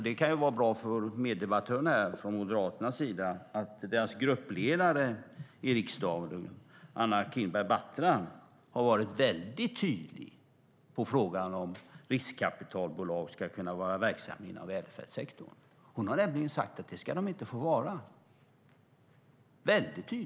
Det kan vara bra för meddebattörerna här från Moderaternas sida att veta att deras gruppledare i riksdagen, Anna Kinberg Batra, har varit väldigt tydlig när det gäller om riskkapitalbolag ska kunna vara verksamma inom välfärdssektorn. Hon har nämligen sagt att de inte ska få vara det.